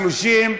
30,